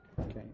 Okay